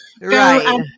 Right